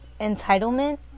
entitlement